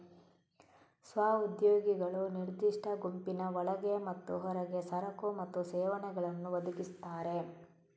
ಸ್ವ ಉದ್ಯೋಗಿಗಳು ನಿರ್ದಿಷ್ಟ ಗುಂಪಿನ ಒಳಗೆ ಮತ್ತು ಹೊರಗೆ ಸರಕು ಮತ್ತು ಸೇವೆಗಳನ್ನು ಒದಗಿಸ್ತಾರೆ